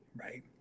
right